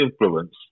influence